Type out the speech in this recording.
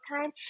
time